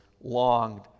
longed